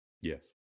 yes